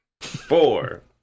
Four